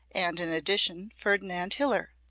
and, in addition, ferdinand hiller.